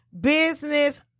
business